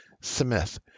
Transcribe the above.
Smith